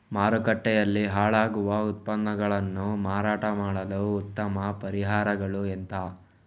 ಮಾರುಕಟ್ಟೆಯಲ್ಲಿ ಹಾಳಾಗುವ ಉತ್ಪನ್ನಗಳನ್ನು ಮಾರಾಟ ಮಾಡಲು ಉತ್ತಮ ಪರಿಹಾರಗಳು ಎಂತ?